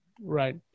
Right